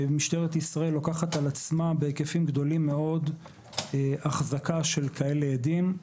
משטרת ישראל לוקחת על עצמה בהיקפים גדולים מאוד החזקה של כאלה עדים.